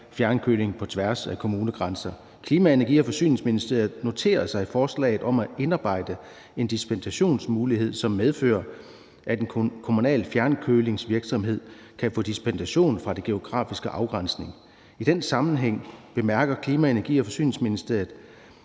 fjernkøling på tværs af kommunegrænser, er lidt spøjst: »Klima-, Energi- og Forsyningsministeriet noterer sig forslaget om at indarbejde en dispensationsmulighed, som medfører, at en kommunal fjernkølingsvirksomhed kan få dispensation fra den geografiske afgrænsning. I den sammenhæng bemærker Klima-, Energi- og Forsyningsministeriet,